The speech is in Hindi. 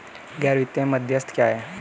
गैर वित्तीय मध्यस्थ क्या हैं?